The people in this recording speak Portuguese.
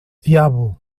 diabo